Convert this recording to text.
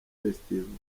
festival